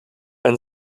ein